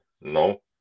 no